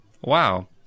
Wow